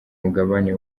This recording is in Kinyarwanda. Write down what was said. mugabane